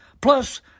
plus